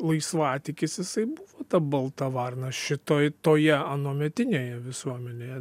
laisvatikis jisai buvo ta balta varna šitoj toje anuometinėje visuomenėje